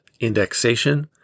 indexation